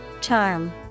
Charm